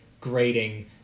grading